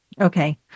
Okay